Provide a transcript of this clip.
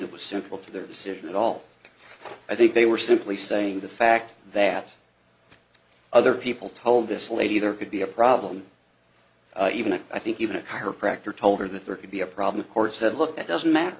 that was simple to their decision at all i think they were simply saying the fact that other people told this lady there could be a problem even though i think even a chiropractor told her that there could be a problem or said look at doesn't matt